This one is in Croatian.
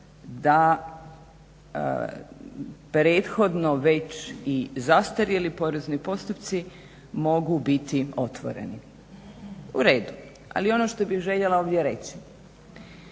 da prethodno već i zastarjeli porezni postupci mogu biti otvoreni. Uredu. Ali ono što bih ovdje željela reći